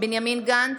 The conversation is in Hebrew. בנימין גנץ,